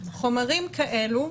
חומרים כאלו,